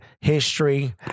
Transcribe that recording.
history